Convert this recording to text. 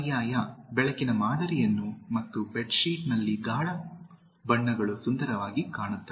ಪರ್ಯಾಯ ಬೆಳಕಿನ ಮಾದರಿಯನ್ನು ಮತ್ತು ಬೆಡ್ಶೀಟ್ನಲ್ಲಿ ಗಾಢ ಬಣ್ಣಗಳು ಸುಂದರವಾಗಿ ಕಾಣುತ್ತವೆ